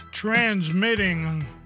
Transmitting